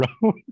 bro